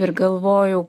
ir galvojau